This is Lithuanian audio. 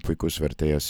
puikus vertėjas